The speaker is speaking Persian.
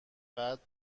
بعد